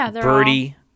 Birdie